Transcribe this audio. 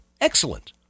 excellent